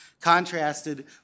contrasted